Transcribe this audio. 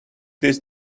this